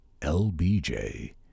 LBJ